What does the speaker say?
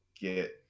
get